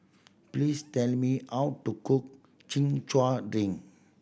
please tell me how to cook Chin Chow drink